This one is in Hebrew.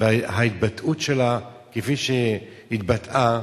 וההתבטאות שלה כפי שהתבטאה,